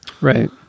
right